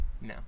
No